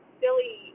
silly